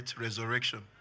resurrection